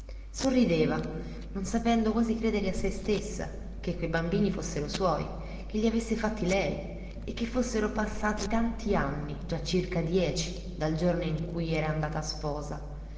sorrideva non sapendo quasi credere a se stessa che quei bambini fossero suoi che li avesse fatti lei e che fossero passati tanti anni già circa dieci dal giorno in cui era andata sposa